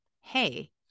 Hey